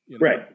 Right